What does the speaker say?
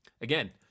Again